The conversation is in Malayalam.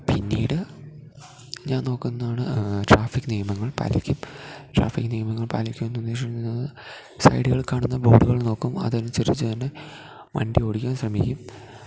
പിന്നീട് ഞാൻ നോക്കുന്നത് ആണ് ട്രാഫിക് നിയമങ്ങൾ പാലിക്കും ട്രാഫിക് നിയമങ്ങൾ പാലിക്കും എന്ന് ഉദ്ദേശിക്കുന്നത് സൈഡുകളിൽ കാണുന്ന ബോഡുകൾ നോക്കും അത് അനുസരിച്ചു തന്നെ വണ്ടി ഓടിക്കാൻ ശ്രമിക്കും